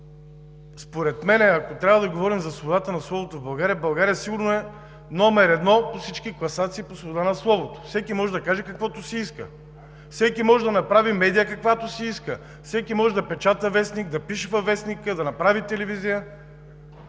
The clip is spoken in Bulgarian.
Според мен, ако трябва да говорим за свободата на словото в България, България сигурно е номер едно във всички класации по свобода на словото – всеки може да каже каквото си иска, всеки може да направи медия, каквато си иска, всеки може да печата вестник, да пише във вестник, да направи телевизия,